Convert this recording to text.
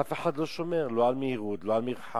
אף אחד לא שומר לא על מהירות, לא על מרחק.